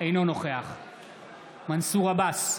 אינו נוכח מנסור עבאס,